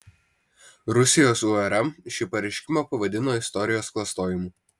rusijos urm šį pareiškimą pavadino istorijos klastojimu